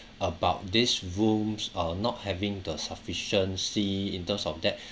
about these rooms uh not having the sufficiency in terms of that